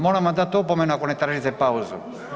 Moram vam dati opomenu ako ne tražite pauzu.